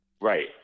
Right